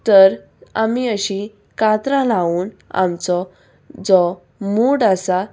तर आमी अशीं कातरां लावून आमचो जो मूड आसा